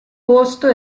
costo